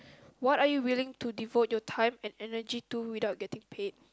what are you willing to devote your time and energy to without getting paid